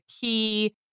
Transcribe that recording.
key